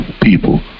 people